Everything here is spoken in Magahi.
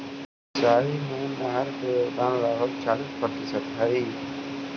सिंचाई में नहर के योगदान लगभग चालीस प्रतिशत हई